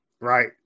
right